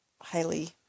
highly